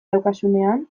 daukazunean